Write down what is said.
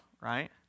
right